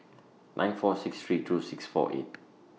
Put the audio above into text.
nine four six three two six four eight